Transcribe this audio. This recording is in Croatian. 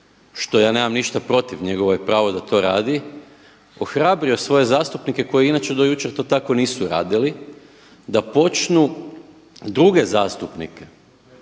što ja nemam ništa protiv, njegovo je pravo da to radi, ohrabrio svoje zastupnike koji inače do jučer to tako nisu radili da počnu druge zastupnike,